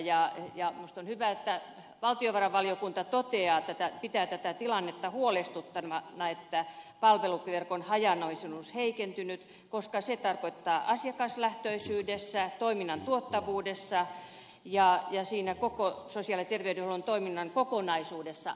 minusta on hyvä että valtiovarainvaliokunta pitää huolestuttavana tätä tilannetta että palveluverkon hajanaisuus on heikentynyt koska se tarkoittaa asiakaslähtöisyydessä toiminnan tuottavuudessa ja koko sosiaali ja terveydenhuollon toiminnan kokonaisuudessa heikentymistä